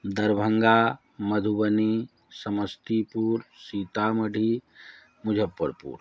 Darbhanga Madhubani Samastipur Sitamarhi Muzaffarpur